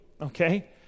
Okay